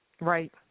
Right